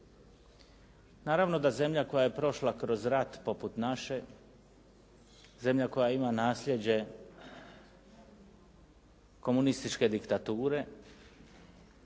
Naravno da zemlja koja je prošla kroz rat poput naše, zemlja koja ima nasljeđe komunističke diktature